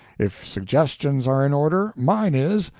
if suggestions are in order, mine is,